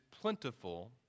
plentiful